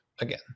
again